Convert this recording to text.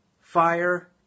fire